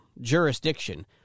jurisdiction